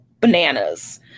bananas